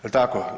Jel tako?